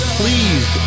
please